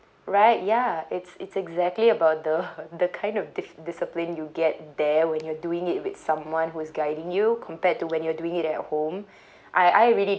right ya it's it's exactly about the the kind of di~ discipline you get there when you're doing it with someone who is guiding you compared to when you're doing it at home I I really